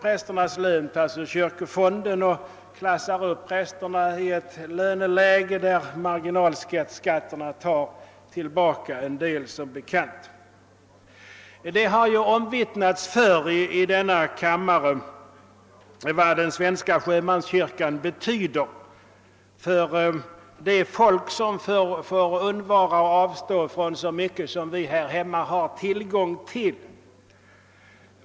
Prästernas lön tas ur kyrkofonden, och prästerna klassas upp till ett löneläge där marginalskatterna som bekant tar tillbaka en avsevärd del. Det har ju omvittnats förr i denna kammare vad den svenska sjömanskyrkan betyder för de människor som måste avstå från så mycket som vi här hemma har tillgång till.